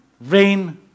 rain